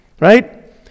right